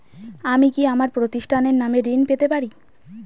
আমি কি আমার প্রতিষ্ঠানের নামে ঋণ পেতে পারি?